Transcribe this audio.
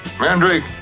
Mandrake